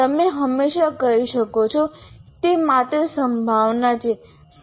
તમે હંમેશા કહી શકો છો કે તે માત્ર સંભાવના છે